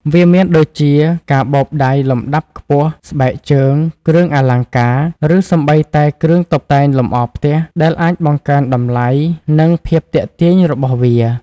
វាមានដូចជា កាបូបដៃលំដាប់ខ្ពស់ ស្បែកជើង គ្រឿងអលង្ការ ឬសូម្បីតែគ្រឿងតុបតែងលម្អផ្ទះ ដែលអាចបង្កើនតម្លៃ និងភាពទាក់ទាញរបស់វា។